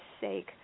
sake